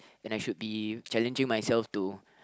and I should be challenging myself to